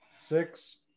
six